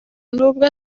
n’ubwo